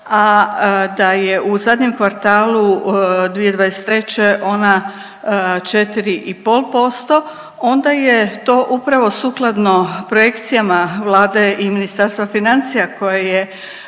da je u zadnjem kvartalu 2023. ona 4,5%, onda je to upravo sukladno projekcijama Vlade i Ministarstva financija koje je